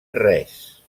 res